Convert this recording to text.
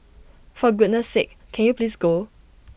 for goodness sake can you please go